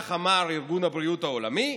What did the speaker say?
כך אמר ארגון הבריאות העולמי,